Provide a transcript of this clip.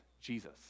Jesus